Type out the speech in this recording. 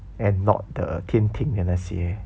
and not the 天庭的那些